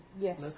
Yes